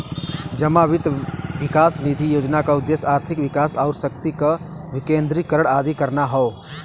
जमा वित्त विकास निधि योजना क उद्देश्य आर्थिक विकास आउर शक्ति क विकेन्द्रीकरण आदि करना हौ